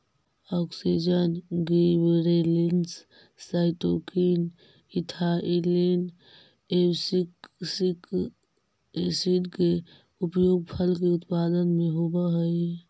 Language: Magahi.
auxin, gibberellins, cytokinin, ethylene, abscisic acid के उपयोग फल के उत्पादन में होवऽ हई